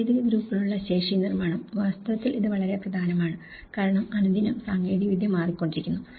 സാങ്കേതിക ഗ്രൂപ്പിനുള്ള ശേഷി നിർമ്മാണം വാസ്തവത്തിൽ ഇത് വളരെ പ്രധാനമാണ് കാരണം അനുദിനം സാങ്കേതികവിദ്യ മാറിക്കൊണ്ടിരിക്കുന്നു